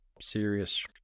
serious